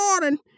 morning